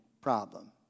problem